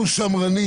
אנחנו שמרנים.